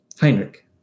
Heinrich